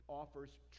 offers